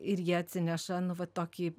ir jie atsineša nu vat tokį